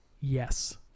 Yes